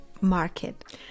market